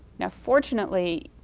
now, fortunately,